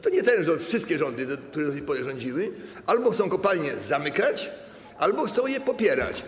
To nie ten rząd, to wszystkie rządy, które do tej pory rządziły, albo chcą kopalnie zamykać, albo chcą je popierać.